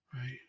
Right